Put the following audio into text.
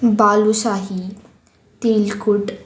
बालूशाहीलकूट